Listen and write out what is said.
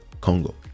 congo